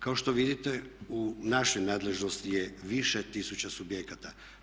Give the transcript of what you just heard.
Kao što vidite u našoj nadležnosti je više tisuća subjekata.